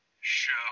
show